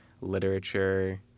literature